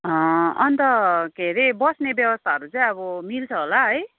अन्त के अरे बस्ने व्यवस्थाहरू चाहिँ अब मिल्छ होला है